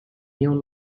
neon